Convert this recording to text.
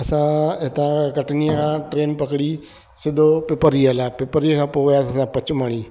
असां हिता कटनीअ खां ट्रेन पकिड़ी सिदो पिपरीअ लाइ पिपरीअ खां पोइ असां पंचमढ़ी